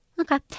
Okay